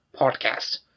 podcast